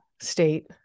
state